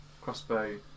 Crossbow